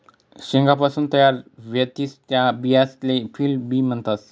शेंगासपासून तयार व्हतीस त्या बियासले फील्ड बी म्हणतस